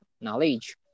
knowledge